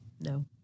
No